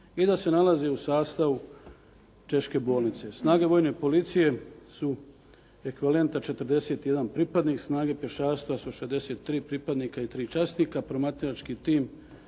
i da se nalaze u sastavu češke bolnice. Snage vojne policije su ekvivalenta 41 pripadnik, snage pješaštva su 63 pripadnika i 3 časnika, promatrački tim